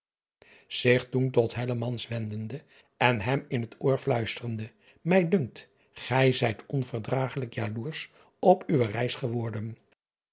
zich toen tot wendende en hem in het oor fluisterende mij dunkt gij zijt onverdragelijk jaloersch op uwe reis geworden